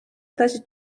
edasi